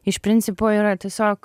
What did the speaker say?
iš principo yra tiesiog